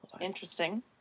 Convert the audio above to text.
Interesting